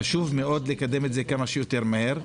חשוב מאוד לקדם את זה כמה שיותר מהר.